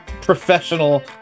professional